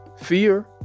fear